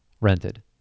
rented